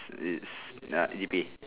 it's nah G_P_A